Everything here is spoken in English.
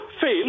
fail